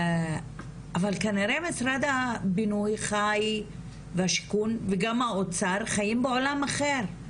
אבל כנראה משרד הבינוי והשיכון וגם האוצר חיים בעולם אחר.